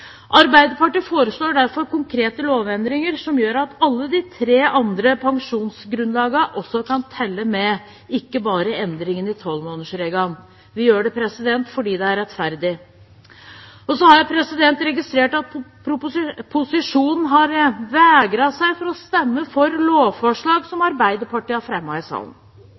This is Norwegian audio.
Arbeiderpartiet foreslår derfor konkrete lovendringer som gjør at alle de tre andre pensjonsgrunnlagene også kan telle med, ikke bare endringen i tolvmånedersregelen. Vi gjør det – fordi det er rettferdig. Jeg har registrert at posisjonen har vegret seg for å stemme for lovforslag som Arbeiderpartiet har fremmet i